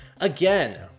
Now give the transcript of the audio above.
Again